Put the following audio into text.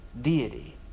deity